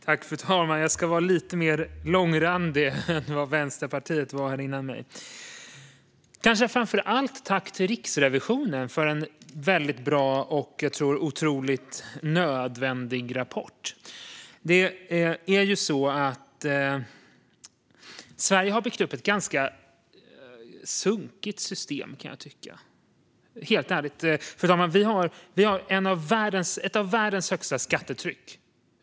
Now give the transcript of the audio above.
Fru talman! Jag ska vara lite mer långrandig än ledamoten från Vänsterpartiet var. Jag vill rikta ett tack till framför allt Riksrevisionen för en mycket bra och otroligt nödvändig rapport. Sverige har byggt upp ett ganska sunkigt system, kan jag helt ärligt tycka. Vi har ett av världens högsta skattetryck.